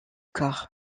corps